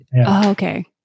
okay